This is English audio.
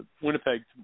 Winnipeg